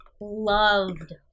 loved